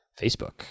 Facebook